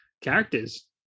characters